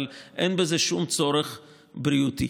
אבל אין בזה שום צורך בריאותי